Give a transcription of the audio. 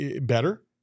better